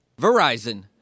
verizon